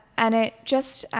and it just,